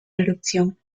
erupción